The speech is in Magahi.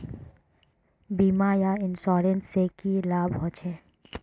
बीमा या इंश्योरेंस से की लाभ होचे?